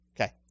Okay